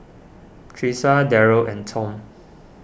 Tressa Darell and Tom